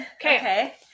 Okay